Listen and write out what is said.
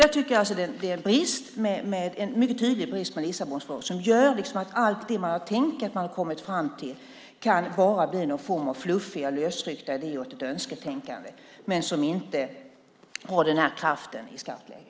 Där tycker jag alltså att det är en mycket tydlig brist i Lissabonfördraget som gör att allt det man har kommit fram till kan bli bara någon form av fluffiga, lösryckta idéer och ett önsketänkande men inte ha den här kraften i skarpt läge.